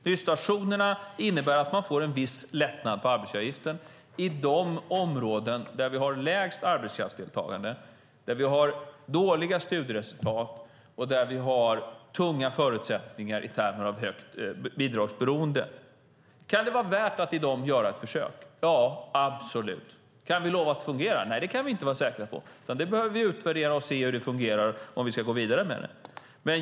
Nystartszonerna innebär att man får en viss lättnad av arbetsgivaravgiften i de områden där vi har lägst arbetskraftsdeltagande, dåliga studieresultat och tunga förutsättningar i termer av högt bidragsberoende. Kan det vara värt att göra ett försök i de områdena? Ja, absolut. Kan vi lova att det fungerar? Nej, det kan vi inte vara säkra på, utan vi behöver utvärdera det och se hur det fungerar och om vi ska gå vidare med det.